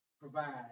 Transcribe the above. provide